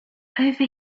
over